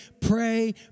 pray